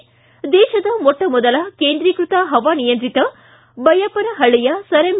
್ತಿ ದೇಶದ ಮೊಟ್ಟ ಮೊದಲ ಕೇಂದ್ರೀಕೃತ ಪವಾನಿಯಂತ್ರಿತ ಬೈಯಪ್ಪನಪಳ್ಳಿಯ ಸರ್ ಎಂ